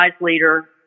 leader